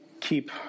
keep